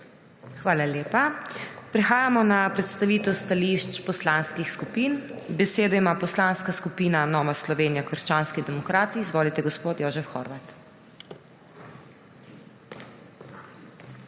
Hvala lepa. Prehajamo na predstavitev stališč poslanskih skupin. Besedo ima Poslanska skupina Nova Slovenija – krščanski demokrati. Izvolite, gospod Jožef Horvat.